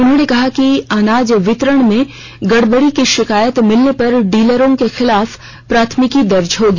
उन्होंने कहा कि अनाज वितरण में गड़बड़ी की शिकायत मिलने पर डीलर के खिलाफ प्राथमिकी दर्ज होगी